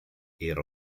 era